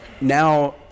now